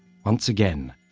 once again,